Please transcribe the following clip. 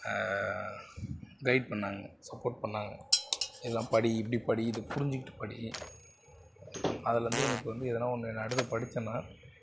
guide பண்ணாங்க support பண்ணாங்க இதெல்லாம் படி இப்படி படி இதை புரிஞ்சுக்கிட்டு படி அதுலேருந்து எனக்கு வந்து எதனா ஒன்று நடுவில் படித்தேன்னா